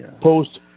post